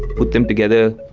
put them together,